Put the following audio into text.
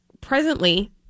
Presently